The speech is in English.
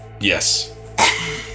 Yes